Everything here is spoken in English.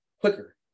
quicker